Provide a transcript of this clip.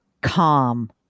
calm